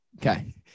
Okay